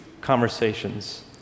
conversations